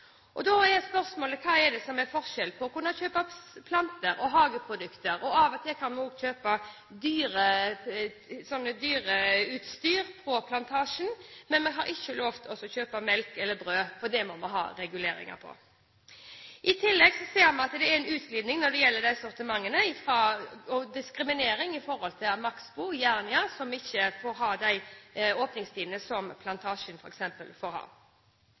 Da er spørsmålet: Hva er forskjellen på å kjøpe planter, hageprodukter og dyreutstyr – som man av og til kan kjøpe på Plantasjen – og å kjøpe melk og brød, som vi ikke har lov til å kjøpe, for det må vi ha reguleringer på? I tillegg ser vi at det er en utglidning når det gjelder sortimentet, og en diskriminering av Maxbo og Jernia som ikke får ha de åpningstidene som Plantasjen f.eks. får ha.